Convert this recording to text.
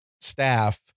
staff